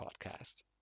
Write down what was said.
podcast